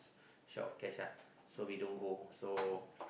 short of cash lah so we don't go so